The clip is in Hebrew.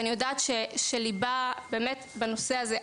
ואני יודעת שליבה באמת בנושא הזה.